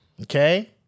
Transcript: okay